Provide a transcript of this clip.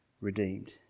redeemed